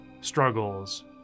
struggles